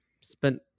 Spent